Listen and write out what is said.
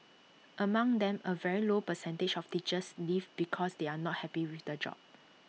among them A very low percentage of teachers leave because they are not happy with the job